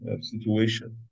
situation